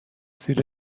زیر